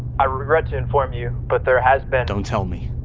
i regret to inform you, but there has been. don't tell me.